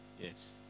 Yes